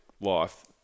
life